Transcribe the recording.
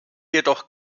jedoch